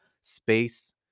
space